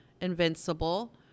invincible